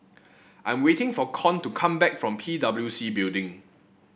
I am waiting for Con to come back from P W C Building